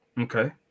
Okay